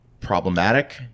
problematic